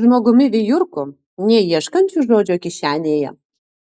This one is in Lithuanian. žmogumi vijurku neieškančiu žodžio kišenėje